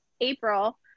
April